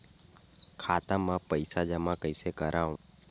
खाता म पईसा जमा कइसे करव?